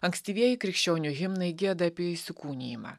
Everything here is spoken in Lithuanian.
ankstyvieji krikščionių himnai gieda apie įsikūnijimą